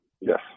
Yes